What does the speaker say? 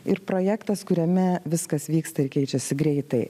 ir projektas kuriame viskas vyksta ir keičiasi greitai